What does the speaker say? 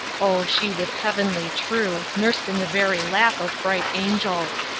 oh, she was heavenly true, nursed in the very lap of bright angels!